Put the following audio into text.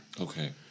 Okay